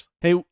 Hey